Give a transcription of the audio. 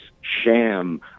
sham